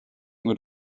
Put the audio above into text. mit